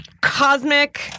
Cosmic